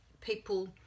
people